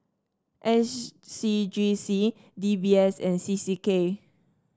S C G C D B S and C C K